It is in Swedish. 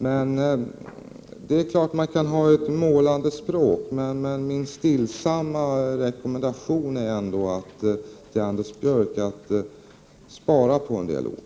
Givetvis kan man ha ett målande språk, men min stillsamma rekommendation till Anders Björck är att han borde spara på en del ord.